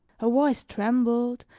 her voice trembled,